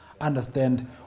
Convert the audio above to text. understand